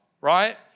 right